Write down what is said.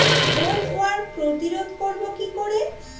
Bollworm প্রতিরোধ করব কি করে?